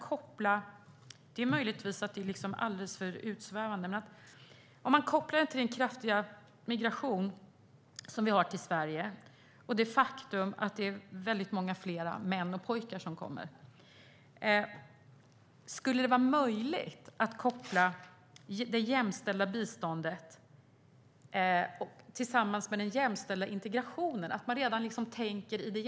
Det är möjligt att jag svävar ut alldeles för mycket, men jag undrar en sak. Det är en kraftig migration till Sverige, och det är många fler män och pojkar än kvinnor som kommer. Skulle det vara möjligt att koppla det jämställda biståndet till en jämställd integration?